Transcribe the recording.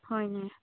ꯍꯣꯏꯅꯦ